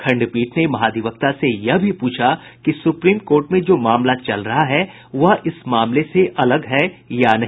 खंडपीठ ने महाधिवक्ता से यह भी प्रछा कि सुप्रीम कोर्ट में जो मामला चल रहा है वह इस मामले से अलग हैं या नहीं